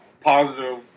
positive